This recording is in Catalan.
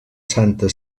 santa